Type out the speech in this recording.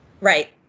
right